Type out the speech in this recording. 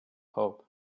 hope